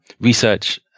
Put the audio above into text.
research